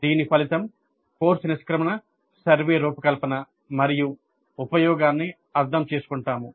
దీని ఫలితం "కోర్సు నిష్క్రమణ సర్వే రూపకల్పన మరియు ఉపయోగాన్ని అర్థం చేసుకుంటాము